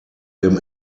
dem